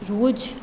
રોજ